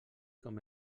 com